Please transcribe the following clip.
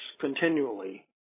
continually